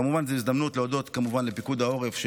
כמובן שזו הזדמנות להודות לפיקוד העורף,